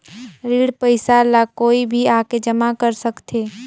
ऋण पईसा ला कोई भी आके जमा कर सकथे?